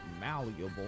malleable